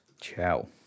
Ciao